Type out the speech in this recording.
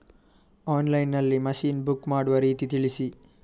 Online ನಲ್ಲಿ machine book ಮಾಡುವ ರೀತಿ ತಿಳಿಸಿ?